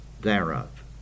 thereof